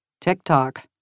TikTok